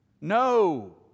No